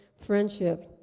friendship